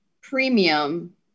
premium